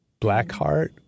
Blackheart